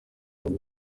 mbere